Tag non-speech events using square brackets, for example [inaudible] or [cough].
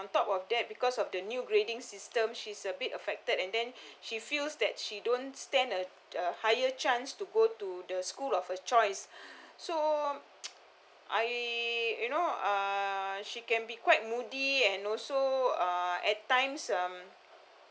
on top of that because of the new grading system she's a bit affected and then she feels that she don't stand a a higher chance to go to the school of her choice so [noise] I you know uh she can be quite moody and also uh at times um